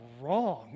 wrong